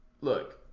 Look